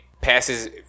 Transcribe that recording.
passes